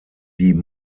die